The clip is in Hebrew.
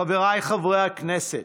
חבריי חברי הכנסת,